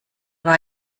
war